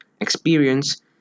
experience